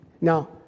Now